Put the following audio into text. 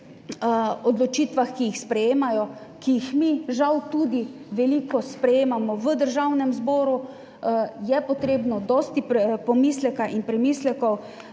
odločitvah, ki jih sprejemajo, ki jih mi žal tudi veliko sprejemamo v Državnem zboru, je potrebno dosti pomisleka in premislekov,